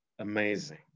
amazing